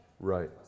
Right